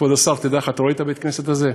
כבוד השר, תדע לך, אתה רואה את בית-הכנסת הזה?